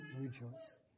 rejoice